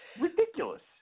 ridiculous